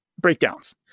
breakdowns